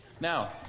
Now